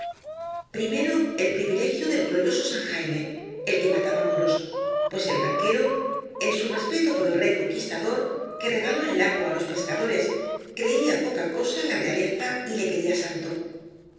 primero el privilegio del glorioso saa jaime el que mataba moros pues el barquero en bu respeto por el rey conquistador que regaló el lago á los pescadores creía poca cosa la realeza y le quería santo